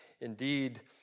indeed